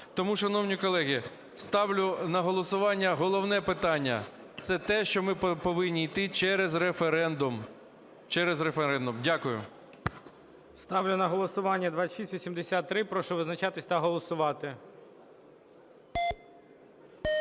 Тому, шановні колеги, ставлю на голосування головне питання – це те, що ми повинні йти через референдум, через референдум. Дякую. ГОЛОВУЮЧИЙ. Ставлю на голосування 2683. Прошу визначатись та голосувати.